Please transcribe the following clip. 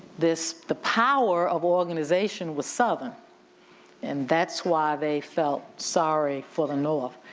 this, the power of organization was southern and that's why they felt sorry for the north.